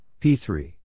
P3